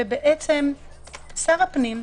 שר הפנים,